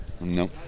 no